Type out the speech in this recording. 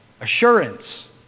Assurance